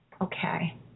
Okay